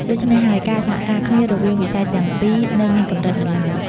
ដូច្នេះហើយ ការសហការគ្នារវាងវិស័យទាំងពីរនៅមានកម្រិតនៅឡើយ។